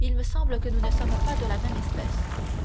il me semble que nous ne sommes pas de la même espèce